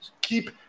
Keep